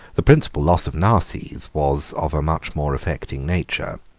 the principal loss of narses was of a much more affecting nature.